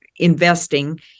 investing